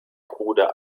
bruder